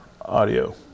audio